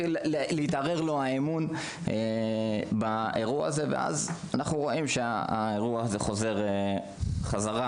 אז זה מערער את האמון שלו במערכת וחוזר בחזרה